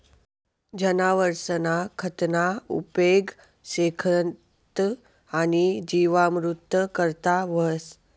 जनावरसना खतना उपेग शेणखत आणि जीवामृत करता व्हस